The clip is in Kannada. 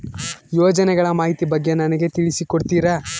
ಯೋಜನೆಗಳ ಮಾಹಿತಿ ಬಗ್ಗೆ ನನಗೆ ತಿಳಿಸಿ ಕೊಡ್ತೇರಾ?